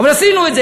אבל עשינו את זה,